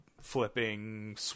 flipping